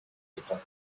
étant